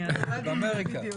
אני יודעת.